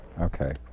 Okay